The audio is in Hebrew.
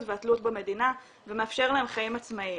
ותלות במדינה ומאפשרים להם חיים עצמאיים.